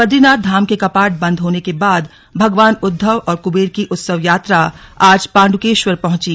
बदरीनाथ धाम के कपाट बंद होने के बाद भगवान उद्वव और कुंबेर की उत्सव यात्रा आज पाण्डुकेश्वर पहंची